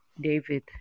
David